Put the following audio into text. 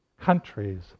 countries